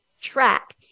track